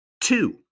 Two